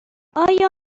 آیا